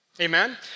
Amen